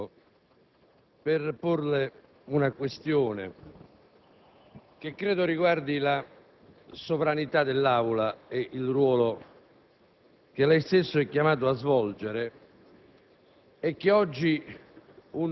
Presidente, intervengo per porle una questione che credo riguardi la sovranità dell'Assemblea e il ruolo che lei stesso è chiamato a svolgere